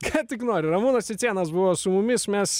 ką tik nori ramūnas cicėnas buvo su mumis mes